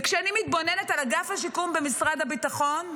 וכשאני מתבוננת על אגף השיקום במשרד הביטחון,